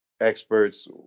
experts